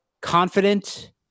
confident